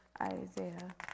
Isaiah